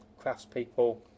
craftspeople